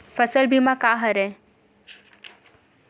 फसल बीमा का हरय?